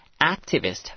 activist